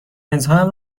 لنزهایم